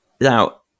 Now